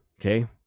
okay